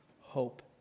hope